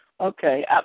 Okay